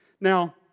Now